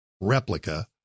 replica